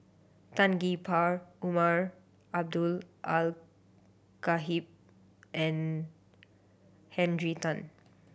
Tan Gee Paw Umar Abdullah Al Khatib and Henry Tan